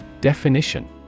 Definition